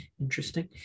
Interesting